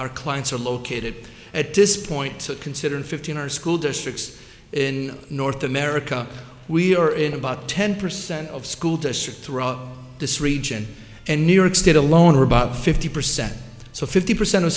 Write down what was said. our clients are located at this point considered fifteen or school districts in north america we are in about ten percent of school districts throughout this region and new york state alone or about fifty percent so fifty percent of